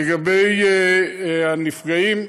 לגבי הנפגעים,